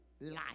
life